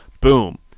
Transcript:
Boom